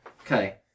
Okay